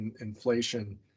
inflation